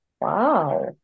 Wow